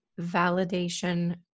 validation